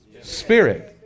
spirit